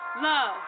Love